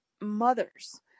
mothers